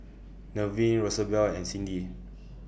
Nevin Rosabelle and Cindi